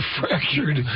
fractured